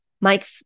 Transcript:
Mike